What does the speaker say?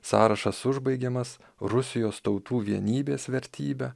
sąrašas užbaigiamas rusijos tautų vienybės vertybe